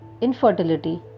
infertility